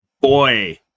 Boy